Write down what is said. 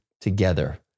together